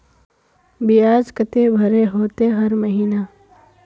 बियाज केते भरे होते हर महीना?